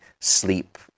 sleep